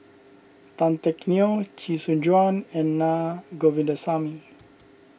Tan Teck Neo Chee Soon Juan and Na Govindasamy